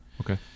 okay